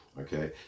okay